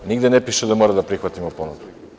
Nigde ne piše da moramo da prihvatimo ponudu.